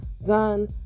Done